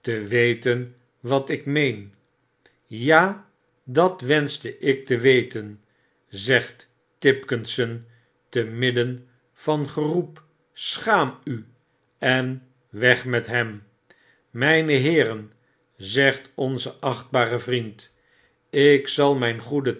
te weten watik meen ja dat wenschte ik te weten zegt tipkisson te midden van geroep schaamu en weg met hem i mjjne heeren zegt onze achtbare vriend ik zal mijn goeden